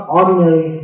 ordinary